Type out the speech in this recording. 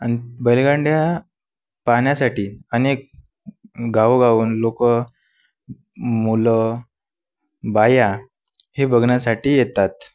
आणि बैलगाड्या पाहण्यासाठी अनेक गावोगावाहून लोकं मुलं बाया हे बघण्यासाठी येतात